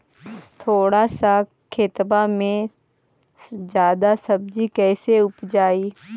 थोड़ा सा खेतबा में जादा सब्ज़ी कैसे उपजाई?